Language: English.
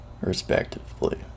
respectively